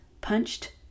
punched